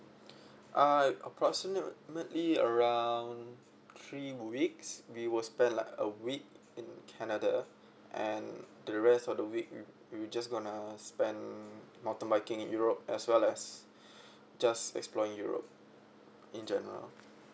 uh approximately around three weeks we will spend like a week in canada and the rest of the week we we just going to spend mountain biking in europe as well as just explore europe in general